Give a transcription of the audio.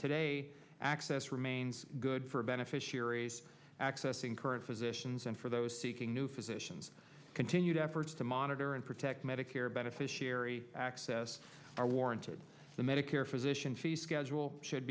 today access remains good for beneficiaries accessing current physicians and for those seeking new physicians continued efforts to monitor and protect medicare beneficiary access are warranted the medicare physician fee schedule should